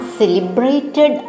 celebrated